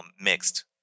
mixed